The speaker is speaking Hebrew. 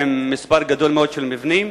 עם מספר גדול מאוד של מבנים,